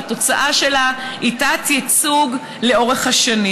והתוצאה שלה היא תת-ייצוג לאורך השנים.